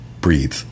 breathe